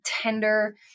Tender